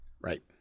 Right